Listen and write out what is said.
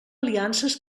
aliances